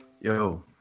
yo